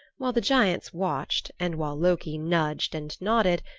while the giants watched, and while loki nudged and nodded,